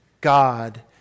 God